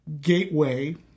gateway